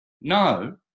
No